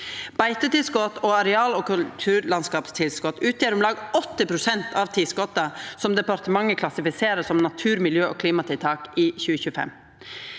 Beitetilskot og areal- og kulturlandskapstilskot utgjer om lag 80 pst. av tilskota som departementet klassifiserer som natur-, miljø- og klimatiltak i 2025.